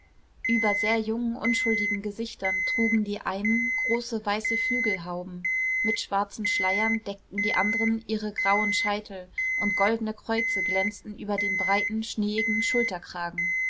über sehr jungen unschuldigen gesichtern trugen die einen große weiße flügelhauben mit schwarzen schleiern deckten die anderen ihre grauen scheitel und goldene kreuze glänzten über den breiten schneeigen